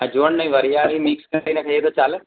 અજવણ ને વરિયાળી મિક્સ કરીને ખાઈએ તો ચાલે